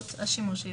אושרה.